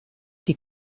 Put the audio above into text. die